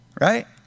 right